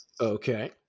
Okay